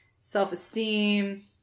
self-esteem